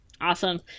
awesome